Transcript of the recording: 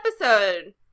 episode